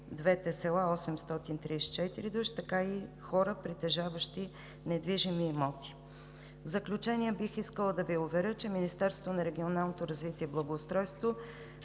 двете села – 834 души, така и хора, притежаващи недвижими имоти. В заключение бих искала да Ви уверя, че Министерството на регионалното развитие и благоустройството